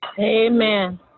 Amen